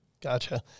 Gotcha